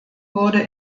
wurde